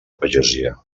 pagesia